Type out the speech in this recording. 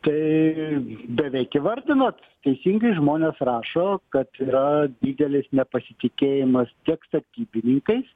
tai beveik įvardinot teisingai žmonės rašo kad yra didelis nepasitikėjimas tiek statybininkais